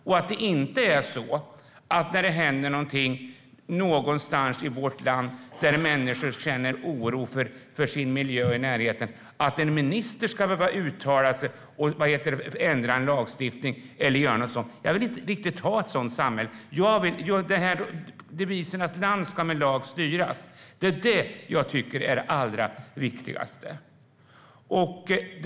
När det någonstans i vårt land händer någonting som gör att människor känner oro för sin miljö och närhet ska det inte vara så att en minister ska behöva uttala sig och ändra en lagstiftning eller något sådant. Jag vill inte riktigt ha ett sådant samhälle. Devisen "land ska med lag styras" uttrycker det jag tycker är allra viktigast.